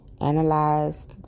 Analyze